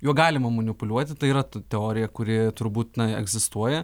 juo galima manipuliuoti tai yra ta teorija kuri turbūt na egzistuoja